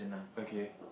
okay